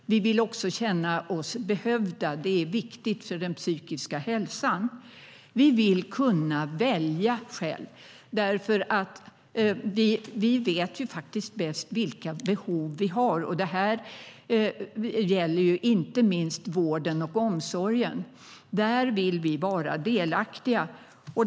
Vi vill också känna oss behövda; det är viktigt för den psykiska hälsan. Vi vill kunna välja själva, för vi vet bäst vilka behov vi har. Det gäller inte minst vården och omsorgen. Där vill vi vara delaktiga.